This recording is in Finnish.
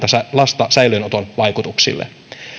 lasta säilöönoton vaikutuksille